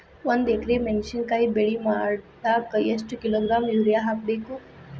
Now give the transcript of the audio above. ಒಂದ್ ಎಕರೆ ಮೆಣಸಿನಕಾಯಿ ಬೆಳಿ ಮಾಡಾಕ ಎಷ್ಟ ಕಿಲೋಗ್ರಾಂ ಯೂರಿಯಾ ಹಾಕ್ಬೇಕು?